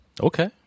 Okay